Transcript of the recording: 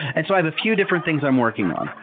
and so i have a few different things i'm working on.